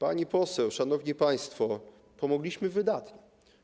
Pani poseł, szanowni państwo, pomogliśmy wydatnie.